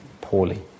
poorly